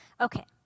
Okay